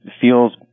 feels